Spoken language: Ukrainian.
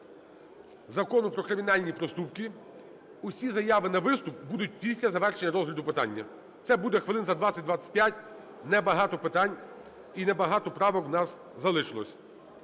Закону про кримінальні проступки. Усі заяви на виступ будуть після завершення розгляду питання. Це буде хвилин за 20-25. Небагато питань і небагато правок в нас залишилось.